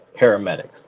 paramedics